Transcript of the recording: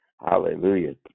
Hallelujah